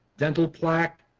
dental plaque